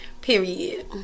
Period